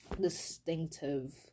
distinctive